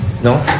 no.